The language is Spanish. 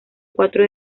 cuatro